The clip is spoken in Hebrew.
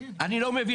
אני לא מבין,